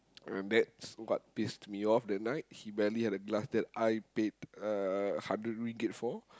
and that's what pissed me off that night he barely had a glass that I paid uh hundred ringgit for